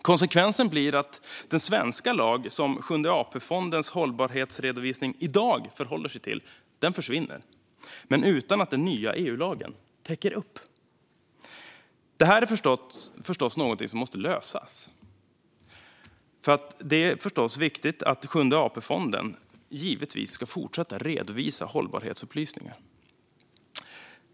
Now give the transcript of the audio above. Konsekvensen blir att den svenska lag som Sjunde AP-fondens hållbarhetsredovisning i dag förhåller sig till försvinner, men utan att den nya EU-lagen täcker upp. Det här är förstås någonting som måste lösas. Det är viktigt att Sjunde AP-fonden ska fortsätta att redovisa hållbarhetsupplysningar.